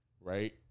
right